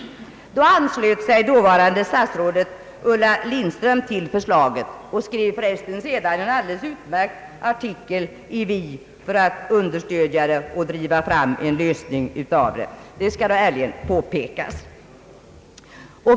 Då anslöt sig dåvarande statsrådet fru Lindström till förslaget. Och hon skrev förresten sedan en alldeles utmärkt artikel i tidningen Vi för att stödja förslaget och driva fram en lösning; det skall ärligen påpekas.